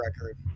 record